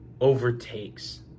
overtakes